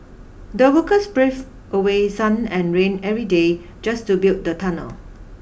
the workers braved away sun and rain every day just to build the tunnel